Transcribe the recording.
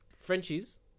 Frenchies